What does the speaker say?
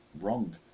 wrong